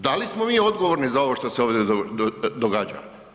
Da li smo mi odgovorni za ovo što se ovdje događa?